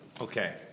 Okay